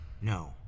No